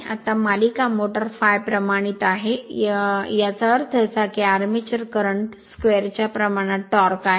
आता मालिका मोटर ∅ प्रमाणित आहे ∅ याचा अर्थ असा की आर्मेचर करंट स्क्वेअरच्या प्रमाणात टॉर्क आहे